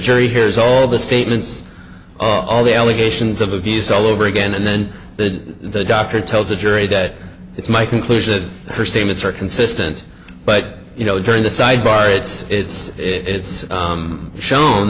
jury hears all the statements all the allegations of abuse all over again and then the doctor tells the jury that it's my conclusion that her statements are consistent but you know during the sidebar it's it's it's shown